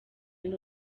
and